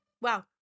Wow